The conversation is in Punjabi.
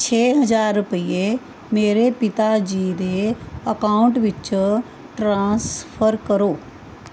ਛੇ ਹਜ਼ਾਰ ਰੁਪਈਏ ਮੇਰੇ ਪਿਤਾ ਜੀ ਦੇ ਅਕਾਊਂਟ ਵਿਚ ਟਰਾਂਸਫਰ ਕਰੋ